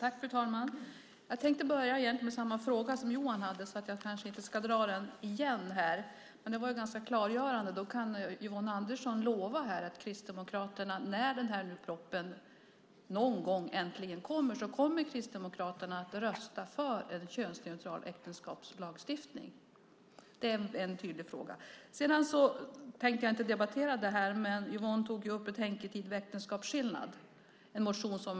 Fru talman! Jag hade egentligen tänkt börja med samma fråga som Johan ställde, så jag kanske inte ska dra den igen. Detta var ganska klargörande; då kan Yvonne Andersson alltså lova här att Kristdemokraterna kommer att rösta för en könsneutral äktenskapslagstiftning när propositionen någon gång äntligen kommer? Det är en tydlig fråga. Jag hade inte tänkt debattera betänketiden vid äktenskapsskillnad, men Yvonne tog upp det.